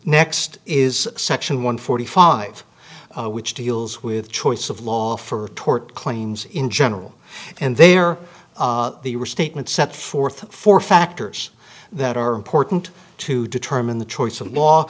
next is section one forty five which deals with choice of law for tort claims in general and there the restatement set forth four factors that are important to determine the choice of law